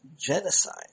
genocide